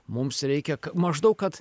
mums reikia ka maždaug kad